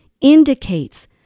indicates